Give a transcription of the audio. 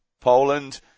Poland